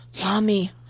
mommy